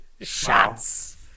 Shots